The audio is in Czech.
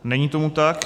Není tomu tak.